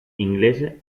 inglese